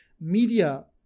media